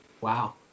Wow